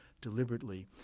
deliberately